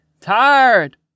Tired